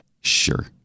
Sure